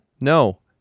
no